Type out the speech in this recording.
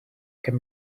can